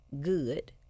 good